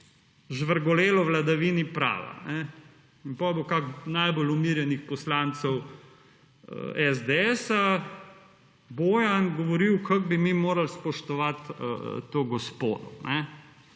žvrgolelo o vladavini prava. In potem bo kakšen od najbolj umirjenih poslancev SDS-a Bojan govoril kako bi mi morali spoštovati to gospo,